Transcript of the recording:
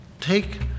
Take